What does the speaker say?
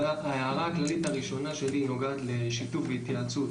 ההערה הכללית הראשונה שלי נוגעת לשיתוף והתייעצות